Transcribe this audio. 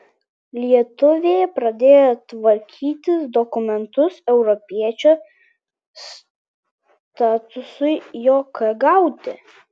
lietuvė pradėjo tvarkytis dokumentus europiečio statusui jk gauti